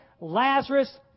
Lazarus